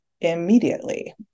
immediately